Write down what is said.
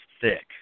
thick